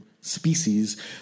species